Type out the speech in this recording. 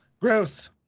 Gross